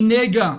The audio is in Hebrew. היא נגע.